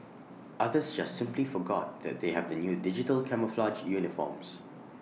others just simply forgot that they have the new digital camouflage uniforms